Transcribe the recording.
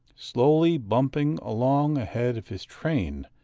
slowly bumping along ahead of his train.